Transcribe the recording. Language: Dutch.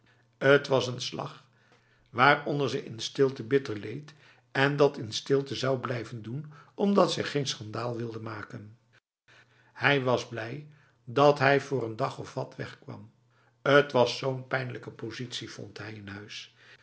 het was een slag waaronder ze in stilte bitter leed en dat in stilte zou blijven doen omdat zij geen schandaal wilde maken hij was blij dat hij voor n dag of wat wegkwam t was zo'n pijnlijke positie vond hij in huis